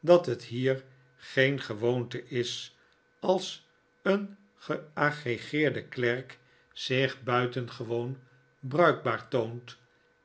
dat het hier geen gewoonte is als een geagreeerde klerk zich buitengewoon bruikbaar toont